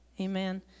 Amen